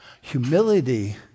Humility